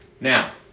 Now